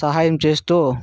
సహాయం చేస్తూ